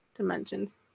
dimensions